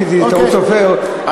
לפי טעות סופר,